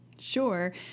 Sure